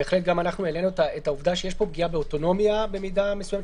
בהחלט גם אנחנו העלינו את העובדה שיש פה פגיעה באוטונומיה במידה מסוימת,